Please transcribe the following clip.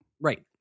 Right